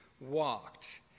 walked